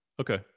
Okay